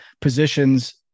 positions